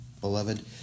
Beloved